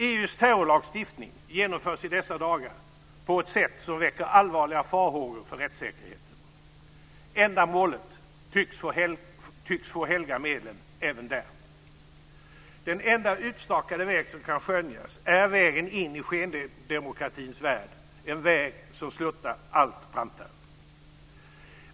EU:s terrorlagstiftning genomförs i dessa dagar på ett sätt som väcker allvarliga farhågor för rättssäkerheten. Ändamålet tycks helga medlen även där. Den enda utstakade väg som kan skönjas är vägen in i skendemokratins värld, en väg som sluttar allt brantare.